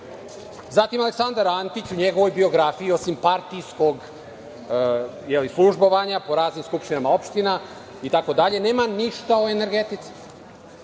Zatim Aleksandar Antić, u njegovoj biografiji, osim partijskog službovanja po raznim skupštinama opština itd, nema ništa o energetici. Zatim,